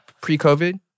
pre-COVID